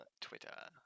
Twitter